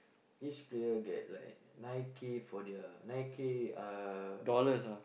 each player get like nine K for their nine K uh